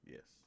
Yes